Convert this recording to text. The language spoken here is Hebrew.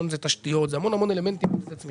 הון זה תשתיות, זה המון המון אלמנטים לצמיחה.